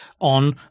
on